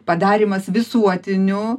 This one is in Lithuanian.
padarymas visuotiniu